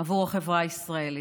עבור החברה הישראלית.